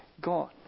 God